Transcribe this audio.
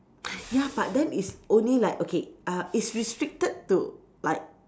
ya but then it's only like okay uh it's restricted to like